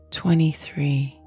twenty-three